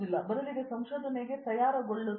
ಬದಲಿಗೆ ಸಂಶೋಧನೆಯನ್ನು ತಯಾರು ಮಾಡುತ್ತಿದ್ದೇವೆ